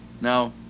Now